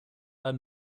ein